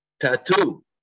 tattoo